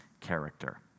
character